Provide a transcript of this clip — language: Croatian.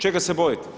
Čega se bojite?